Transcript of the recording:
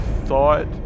thought